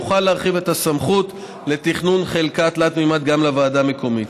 יוכל להרחיב את הסמכות לתכנון חלקה תלת-ממדית גם לוועדה מקומית.